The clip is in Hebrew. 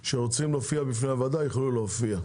שרוצים להופיע בפני הוועדה יוכלו להופיע.